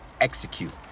execute